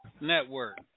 network